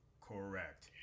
Correct